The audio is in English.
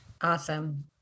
awesome